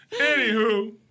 Anywho